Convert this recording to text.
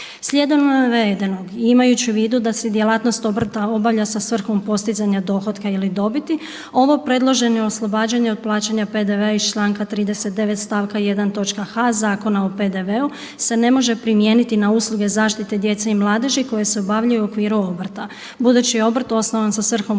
Slijedom navedenog i imajući u vidu da se djelatnost obrta obavlja sa svrhom postizanja dohotka ili dobiti, ovo predloženo oslobađanje od plaćanja PDV-a iz članka 39. stavka 1. točka h Zakona o PDV-u se ne može primijeniti na usluge zaštite djece i mladeži koje se obavljaju u okviru obrta. Budući je obrt osnovan sa svrhom postizanja